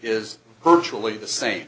is virtually the same